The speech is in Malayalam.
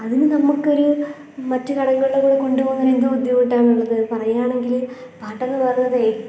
അതിന് നമുക്കൊരു മറ്റു ഘടകങ്ങളുടെ കൂടെ കൊണ്ട് പോകാനെന്ത് ബുദ്ധിമുട്ടാണുള്ളത് പറയുകയാണെങ്കിൽ പാട്ടെന്ന് പറയുന്നത് ഏ